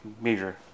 major